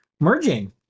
merging